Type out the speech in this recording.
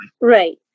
Right